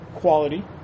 quality